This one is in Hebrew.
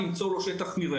על מנת שתקצה עבורו שטח מרעה.